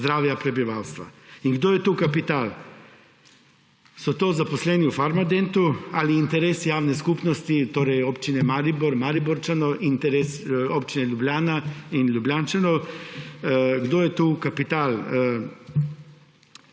zdravja prebivalstva. In kdo je tu kapital? So to zaposleni v Farmadentu ali interesi javne skupnosti, torej občine Maribor, Mariborčanov, interes občine Ljubljana in Ljubljančanov? Kdo je tu kapital?